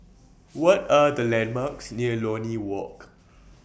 What Are The landmarks near Lornie Walk